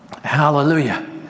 Hallelujah